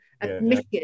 admitted